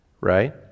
right